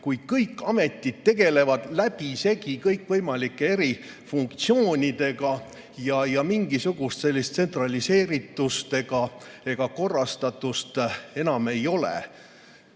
kui kõik ametid tegelevad läbisegi kõikvõimalike erinevate funktsioonidega ja mingisugust tsentraliseeritust ega korrastatust enam ei ole.